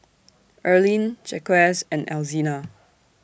Erline Jacquez and Alzina